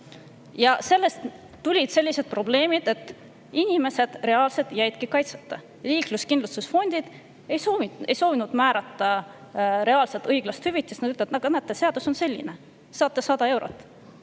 Ja sellest tulid sellised probleemid, et inimesed reaalselt jäidki kaitseta. Liikluskindlustusfondid ei soovi määrata õiglast hüvitist. Nad ütlevad, et näete, seadus on selline, saate 100 eurot.